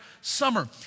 summer